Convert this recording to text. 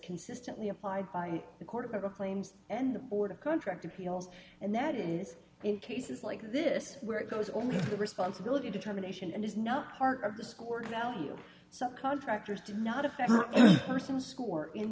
consistently applied by the court of acclaims and the board of contract appeals and that is in cases like this where it goes over the responsibility determination and is not part of the score value so contractors do not affect persons score in